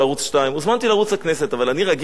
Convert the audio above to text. אבל אני רגיל שלערוץ הכנסת,